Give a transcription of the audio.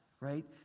right